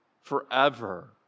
forever